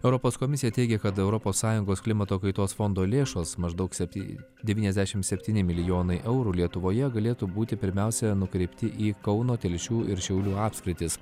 europos komisija teigia kad europos sąjungos klimato kaitos fondo lėšos maždaug septy devyniasdešim septyni milijonų eurų lietuvoje galėtų būti pirmiausia nukreipti į kauno telšių ir šiaulių apskritis